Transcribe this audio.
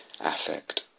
affect